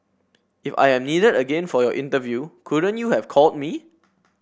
if I am needed again for your interview couldn't you have called me